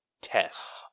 test